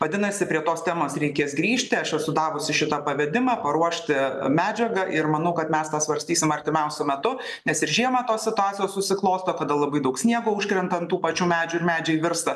vadinasi prie tos temos reikės grįžti aš esu davusi šitą pavedimą paruošti medžiagą ir manau kad mes tą svarstysim artimiausiu metu nes ir žiemą tos situacijos susiklosto kada labai daug sniego užkrenta ant tų pačių medžių ir medžiai virsta